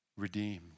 redeemed